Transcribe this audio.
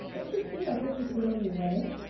don't you see that this is the only way?